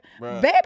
Baby